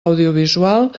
audiovisual